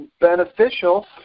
beneficial